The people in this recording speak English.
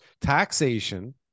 taxation